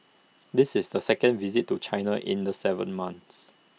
this is the second visit to China in the Seven months